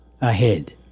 ahead